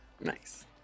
Nice